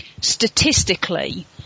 statistically